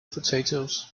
potatoes